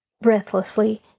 Breathlessly